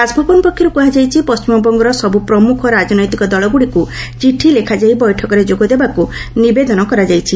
ରାଜଭବନ ପକ୍ଷରୁ କୁହାଯାଇଛି ପଣ୍ଢିମବଙ୍ଗର ସବୁ ପ୍ରମୁଖ ରାଜନୈତିକ ଦଳଗୁଡ଼ିକୁ ଚିଠି ଲେଖାଯାଇ ବୈଠକରେ ଯୋଗ ଦେବାକୁ ନିବେଦନ କରାଯାଇଛି